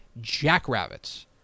Jackrabbits